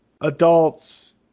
adults